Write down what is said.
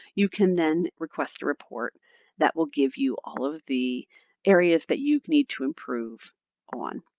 you can then request a report that will give you all of the areas that you need to improve on.